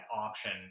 option